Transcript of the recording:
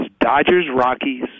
Dodgers-Rockies